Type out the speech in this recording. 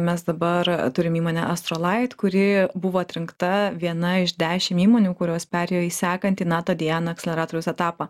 mes dabar turim įmonę astrolight kuri buvo atrinkta viena iš dešim įmonių kurios perėjo į sekantį nato diana akceleratoriaus etapą